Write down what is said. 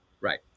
Right